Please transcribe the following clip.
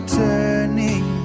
turning